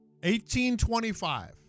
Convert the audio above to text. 1825